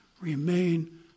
remain